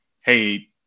hey